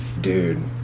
Dude